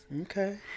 Okay